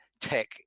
tech